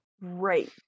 Right